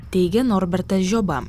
teigė norbertas žioba